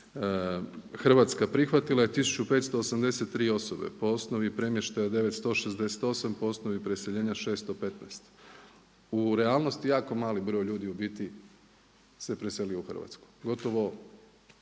Hrvatska prihvatila je 1583 osobe, po osnovi premještaja 968, po osnovi preseljenja 615. U realnosti jako mali broj u biti se preselio u Hrvatsku, gotovo